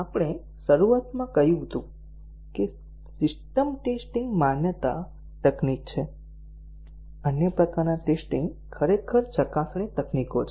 આપણે શરૂઆતમાં કહ્યું હતું કે સિસ્ટમ ટેસ્ટીંગ માન્યતા તકનીક છે અન્ય પ્રકારના ટેસ્ટીંગ ખરેખર ચકાસણી તકનીકો છે